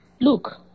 Look